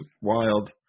wild